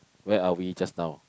where are we just now